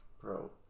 bro